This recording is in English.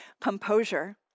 composure